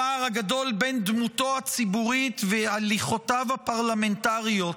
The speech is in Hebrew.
הפער הגדול בין דמותו הציבורית והליכותיו הפרלמנטריות